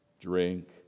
drink